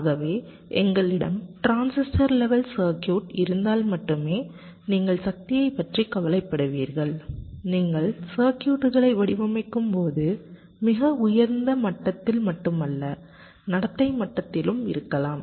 ஆகவே எங்களிடம் transistor level circuit இருந்தால் மட்டுமே நீங்கள் சக்தியைப் பற்றி கவலைப்படுவீர்கள் நீங்கள் சர்க்யூட்களை வடிவமைக்கும்போது மிக உயர்ந்த மட்டத்தில் மட்டுமல்ல நடத்தை மட்டத்திலும் இருக்கலாம்